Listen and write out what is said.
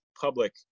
public